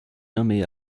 nommée